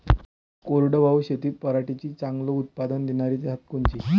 कोरडवाहू शेतीत पराटीचं चांगलं उत्पादन देनारी जात कोनची?